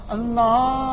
Allah